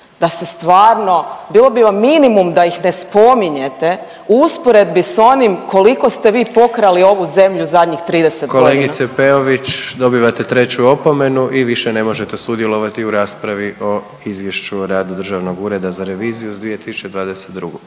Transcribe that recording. da se stvarno, bilo bi vam minimum da ih ne spominjete u usporedbi s onim koliko ste vi pokrali ovu zemlju zadnji 30 godina. **Jandroković, Gordan (HDZ)** Kolegice Peović dobivate treću opomenu i više ne možete sudjelovati u raspravi o Izvješću o radu Državnog ureda za reviziju za 2022.